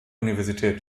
universität